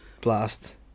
blast